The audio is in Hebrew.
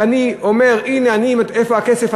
ואני אומר "איפה הכסף?",